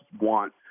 want